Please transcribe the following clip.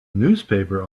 newspaper